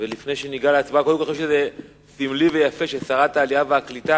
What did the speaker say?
אני חושב שזה סמלי ויפה ששרת העלייה והקליטה,